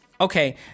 okay